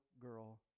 girl